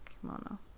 kimono